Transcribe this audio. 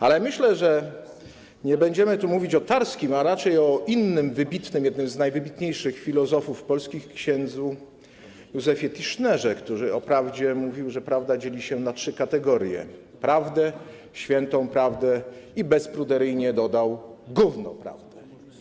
Ale myślę, że nie będziemy tu mówić o Tarskim, a raczej o innym wybitnym filozofie, jednym z najwybitniejszych filozofów polskich, ks. Józefie Tischnerze, który o prawdzie mówił, że prawda dzieli się na trzy kategorie: prawdę, świętą prawdę i - bezpruderyjnie dodał - gówno prawdę.